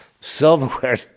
silverware